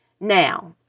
Now